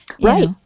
right